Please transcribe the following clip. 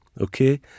okay